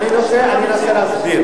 רגע, אני אנסה להסביר.